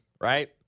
right